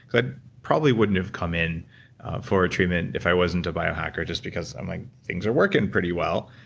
but probably wouldn't have come in for a treatment if i wasn't a biohacker, just because i'm like, things are working pretty well,